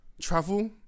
Travel